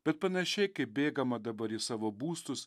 bet panašiai kaip bėgama dabar į savo būstus